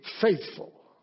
faithful